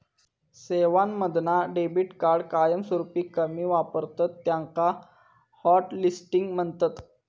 सेवांमधना debit card कायमस्वरूपी कमी वापरतत त्याका हॉटलिस्टिंग म्हणतत